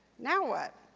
now what?